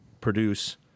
produce